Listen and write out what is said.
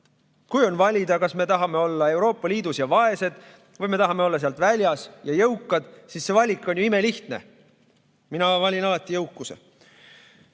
Kui on valida, kas me tahame olla Euroopa Liidus ja vaesed või me tahame olla sealt väljas ja jõukad, siis see valik on ju imelihtne. Mina valin alati jõukuse.